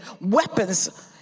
weapons